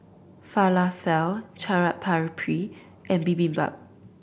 Falafel Chaat Papri and Bibimbap